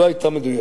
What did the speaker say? לא היתה מדויקת.